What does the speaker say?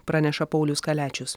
praneša paulius kaliačius